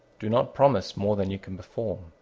do not promise more than you can perform.